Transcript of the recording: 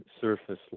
surface